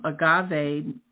agave